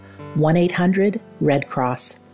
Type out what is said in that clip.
1-800-RED-CROSS